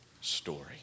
story